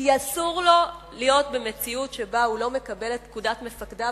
כי אסור לו להיות במציאות שבה הוא לא מקבל את פקודת מפקדיו,